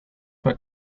fue